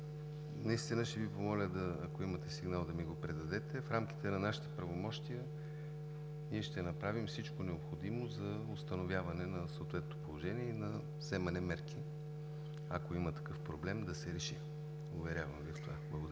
Ненчева, ще Ви помоля, ако имате сигнал, да ми го предоставите. В рамките на нашите правомощия ще направим всичко необходимо за установяване на съответното положение и за вземане на мерки, ако има проблем, да се реши – уверявам Ви в това. Благодаря.